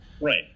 right